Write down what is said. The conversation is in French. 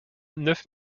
neuf